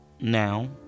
now